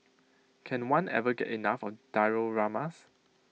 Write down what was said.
can one ever get enough of dioramas